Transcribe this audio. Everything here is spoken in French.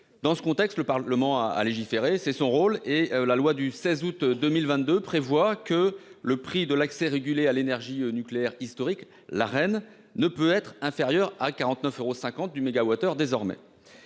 Dans ce contexte le Parlement à légiférer, c'est son rôle et la loi du 16 août 2022, prévoit que le prix de l'accès régulé à l'énergie nucléaire historique la reine ne peut être inférieure à 49 euros 50 du mégawattheure désormais.